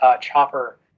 chopper